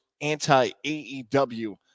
anti-AEW